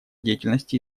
деятельности